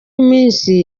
iminsi